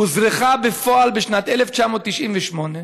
ואוזרח בפועל בשנת 1998,